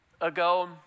ago